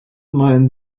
meinen